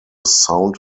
sound